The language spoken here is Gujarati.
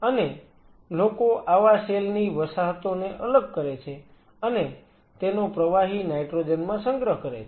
અને લોકો આવા સેલ ની વસાહતોને અલગ કરે છે અને તેનો પ્રવાહી નાઈટ્રોજન માં સંગ્રહ કરે છે